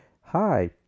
Hi